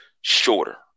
shorter